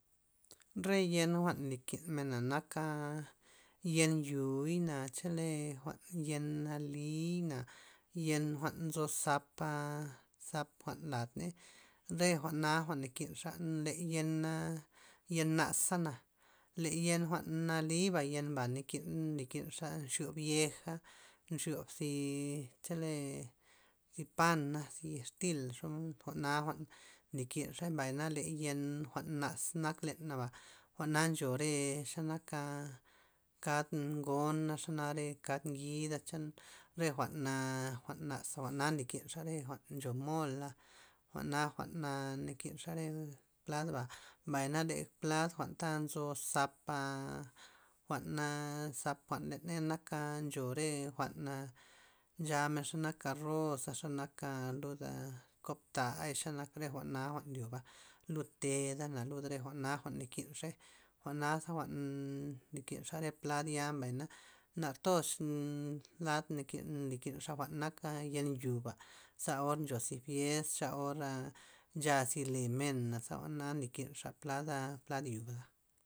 Re yen jwa'n nakin mena naka', yen yoi'na chele jwa'n yen nali'na yen jwa'nzo zapa'- zap' jwa'n lad ney re jwa'na jwa'n nakinxa le yen yen nazana' le yen jwa'n nali'ba yenba nakin- nlikinxa nxyob yeja nxyob zi chele zi pana' zi extil' xomod jwa'na jwa'n nakinxey mbay na ley yen jwa'n naz nak lenaba' jwa'na ncho re xenaka kad ngona xanak re kad ngida chele re jwa'na jwa'n naz' jwa'na nakinxa re jwa'n cho mola' jwa'na jwa'n na- nakinxa re pladba', mbay na le plan jwa'n ta nzo zapa jwa'na jwa'n zap jwa'n leney naka ncho re jwa'na nchamen xenaka arroza' xenaka luda' kob tay xenak re jwa'na jwa'n ndioba lud teda'na lud re jwa'na jwa'n nly kinxey jwa'naza jwa'n nlykinxa re plad ya' mbay na nartoz nnn- lad naki nlikinxa jwa'n naka yen yo'ba za or ncho zi fiest xaora ncha zi le men za or jwa'na nakinxa plad plad yo'ba.